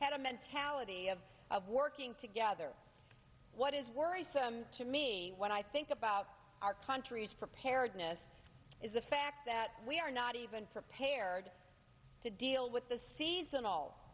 had a mentality of of working together what is worrisome to me when i think about our country's preparedness is the fact that we are not even prepared to deal with the season al